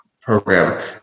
program